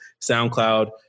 SoundCloud